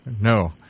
No